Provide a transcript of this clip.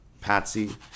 patsy